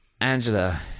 Angela